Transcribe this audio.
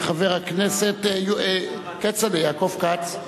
חבר הכנסת כצל'ה, יעקב כץ.